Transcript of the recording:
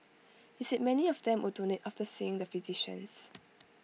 he said many of them would donate after seeing the physicians